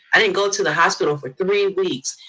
i didn't go to the hospital for three weeks.